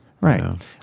Right